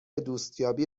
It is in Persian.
دوستیابی